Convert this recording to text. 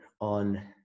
on